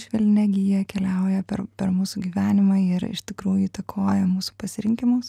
švelnią gija keliauja per per mūsų gyvenimą ir iš tikrųjų įtakoja mūsų pasirinkimus